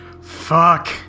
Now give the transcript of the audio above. Fuck